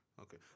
Okay